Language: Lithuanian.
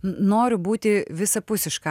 noriu būti visapusiška